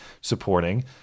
supporting